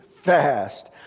fast